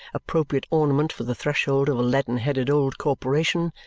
appropriate ornament for the threshold of a leaden-headed old corporation,